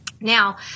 Now